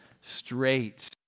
straight